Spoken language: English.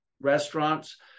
restaurants